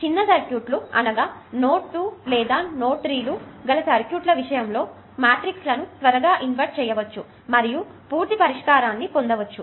చిన్న సర్క్యూట్లు అనగా 2 నోడ్ లు లేదా 3 నోడ్ లు గల సర్క్యూట్ ల ఈ విషయంలో మాట్రిక్స్ లను త్వరగా ఇన్వర్ట్ చేయవచ్చు మరియు పూర్తి పరిష్కారాన్ని కనుగొనవచ్చు